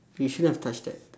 you shouldn't have touched that